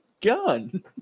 gun